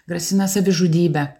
grasina savižudybe